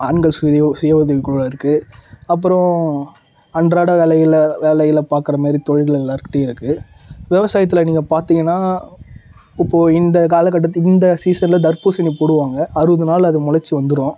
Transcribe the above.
ஆண்கள் சுய சுய உதவி குழு இருக்குது அப்பறம் அன்றாட வேலைகளை வேலைகளை பார்க்கற மாதிரி தொழில்கள் எல்லோருக்கிட்டையும் இருக்குது விவாசாயத்தில் நீங்கள் பார்த்திங்கன்னா இப்போது இந்த காலக்கட்டத்தின் இந்த சீசனில் தர்பூசணி போடுவாங்க அறுபது நாளில் அது மொளைச்சி வந்துடும்